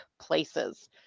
places